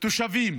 תושבים